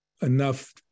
enough